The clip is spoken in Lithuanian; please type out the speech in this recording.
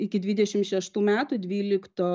iki dvidešim šeštų metų dvylikto